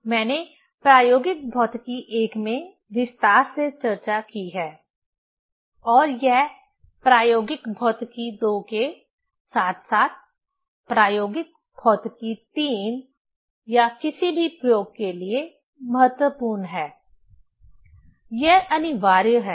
मैंने प्रायोगिक भौतिकी I में विस्तार से चर्चा की है और यह प्रायोगिक भौतिकी II के साथ साथ प्रायोगिक भौतिकी III या किसी भी प्रयोग के लिए महत्वपूर्ण है यह अनिवार्य है